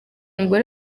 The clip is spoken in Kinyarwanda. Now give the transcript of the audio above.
umugore